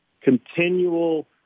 continual